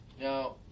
Now